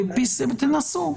תנסו.